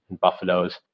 buffaloes